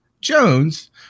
jones